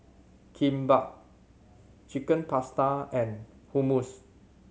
Kimbap Chicken Pasta and Hummus